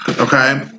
Okay